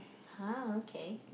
!huh! okay